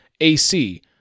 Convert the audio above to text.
AC